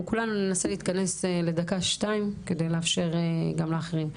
אנחנו כולנו ננסה להתכנס לדקה שתיים כדי לאפשר גם לאחרים.